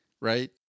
right